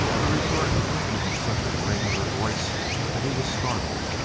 the retort came with such a ring of her voice that he was startled.